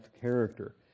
character